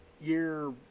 year